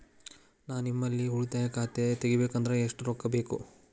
ನಾ ನಿಮ್ಮಲ್ಲಿ ಉಳಿತಾಯ ಖಾತೆ ತೆಗಿಬೇಕಂದ್ರ ಎಷ್ಟು ರೊಕ್ಕ ಬೇಕು?